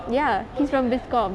ya he's from bizcomm